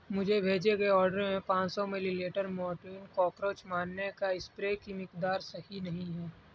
مجھے بھیجے گئے آرڈر میں پانچ سو ملی لیٹر مورٹین کاکروچ مارنے کا اسپرے کی مقدار صحیح نہیں ہے